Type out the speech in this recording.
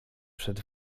przed